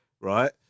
right